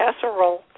casserole